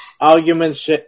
argument's